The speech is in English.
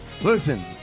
listen